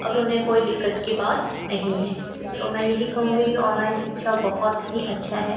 अब उन्हें कोई दिक़्क़त की बात नहीं है तो मैं यही कहूँगी कि ऑनलाइन शिक्षा बहुत ही अच्छा है